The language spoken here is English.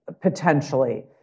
potentially